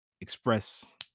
express